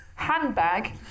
handbag